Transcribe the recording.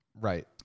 right